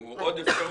יש עוד אפשרות,